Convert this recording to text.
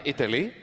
Italy